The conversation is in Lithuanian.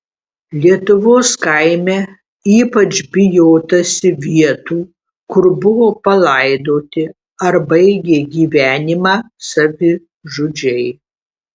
lietuvos kaime ypač bijotasi vietų kur buvo palaidoti ar baigė gyvenimą savižudžiai